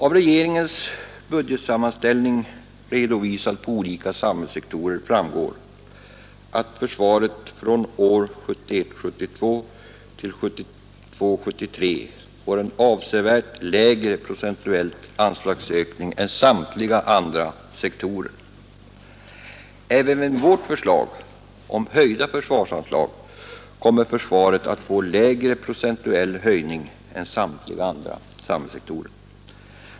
Av regeringens budgetsammanställning redovisad på olika samhällssektorer framgår att försvaret från 1971 73 får avsevärt lägre procentuell anslagsökning än samtliga andra sektorer. Även med vårt förslag om höjda försvarsanslag kommer försvaret att få lägre procentuell höjning än samtliga andra samhällssektorer.